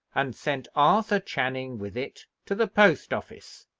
and sent arthur channing with it to the post-office.